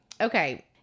Okay